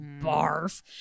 barf